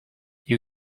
you